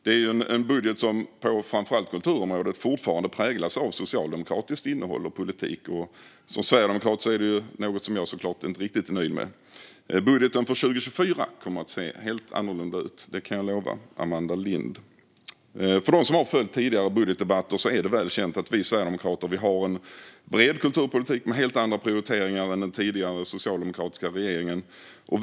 Det är en budget som på framför allt kulturområdet fortfarande präglas av socialdemokratiskt innehåll och socialdemokratisk politik. Det är såklart något som jag, som sverigedemokrat, inte är riktigt nöjd med. Budgeten för 2024 kommer att se helt annorlunda ut - det kan jag lova Amanda Lind. För dem som har följt tidigare budgetdebatter är det väl känt att vi sverigedemokrater har en bred kulturpolitik med helt andra prioriteringar än den tidigare socialdemokratiska regeringen.